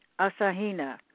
Asahina